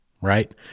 Right